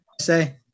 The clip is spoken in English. say